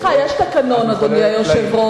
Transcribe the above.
סליחה, יש תקנון, אדוני היושב-ראש.